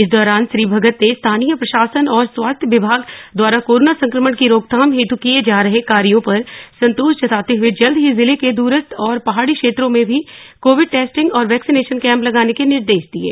इस दौरान श्री भगत ने स्थानीय प्रशासन और स्वास्थ्य विभाग द्वारा कोरोना संक्रमण की रोकथाम हेतु किये जा रहे कार्यो पर संतोष जताते हए जल्द ही जिले के द्रस्थ और पहाड़ी क्षेत्रों में भी कोविड टेस्टिंग और वैक्सीनेशन कैम्प लगाने के निर्देश दिये